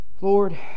Lord